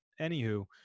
Anywho